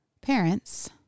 parents